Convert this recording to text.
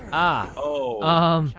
ah oh